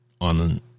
on